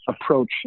approach